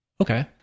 Okay